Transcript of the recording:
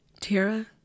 Tara